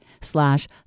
slash